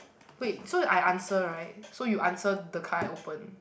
wait so I answer right so you answer the can open